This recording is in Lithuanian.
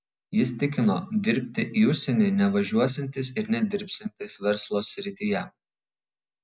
jis tikino dirbti į užsienį nevažiuosiantis ir nedirbsiantis verslo srityje